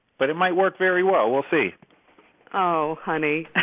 but it might work very well. we'll see oh, honey